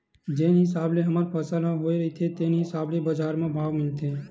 जेन हिसाब ले हमर फसल ह होए रहिथे तेने हिसाब ले बजार म भाव मिलथे